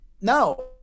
no